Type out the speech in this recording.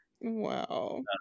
Wow